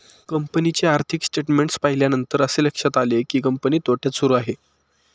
कंपनीचे आर्थिक स्टेटमेंट्स पाहिल्यानंतर असे लक्षात आले की, कंपनी तोट्यात सुरू आहे